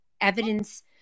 evidence